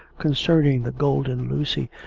concerning the golden lucy,